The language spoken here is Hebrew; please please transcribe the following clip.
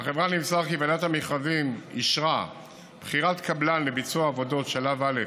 מהחברה נמסר כי ועדת המכרזים אישרה בחירת קבלן לביצוע עבודות שלב א'